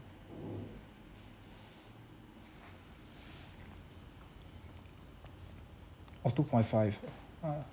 oh two point five uh uh